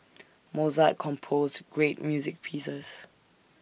Mozart composed great music pieces